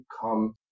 come